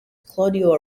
claudio